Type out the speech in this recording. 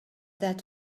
that